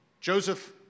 Joseph